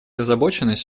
озабоченность